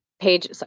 Page